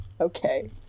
okay